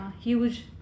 huge